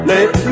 Let